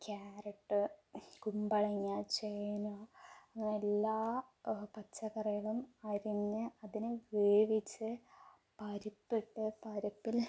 carrot കുമ്പളങ്ങ ചേന അങ്ങനെ എല്ലാ പച്ചക്കറികളും അരിഞ്ഞ് അതിനെ വേവിച്ച് പരിപ്പിട്ട് പരിപ്പിൽ